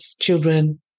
children